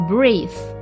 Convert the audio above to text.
Breathe